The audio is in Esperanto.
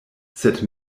sed